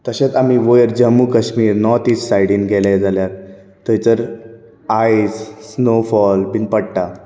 तशेंच आमी वयर जम्मू कश्मीर नोर्थ इस्ट सायडीन गेले जाल्यार थंयसर आयस स्नो फॉल बीन पडटा